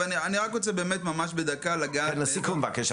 נכון.